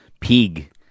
pig